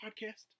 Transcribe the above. podcast